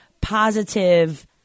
positive